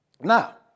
Now